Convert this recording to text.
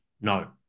No